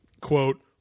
quote